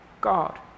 God